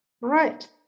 Right